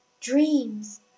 dreams